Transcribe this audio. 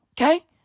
Okay